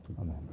Amen